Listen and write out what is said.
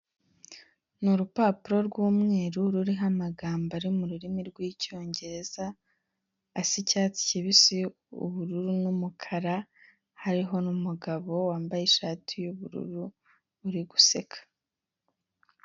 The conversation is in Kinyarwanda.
Ni rupapuro rw'umweru ruriho amagambo ari mu rurimi rw'Icyongereza asa icyatsi kibisi, ubururu n'umukara, hariho n'umugabo wambaye ishati y'ubururu uri guseka.